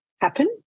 happen